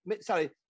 Sorry